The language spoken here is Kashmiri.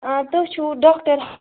آ تُہۍ چھُو ڈاکٹَر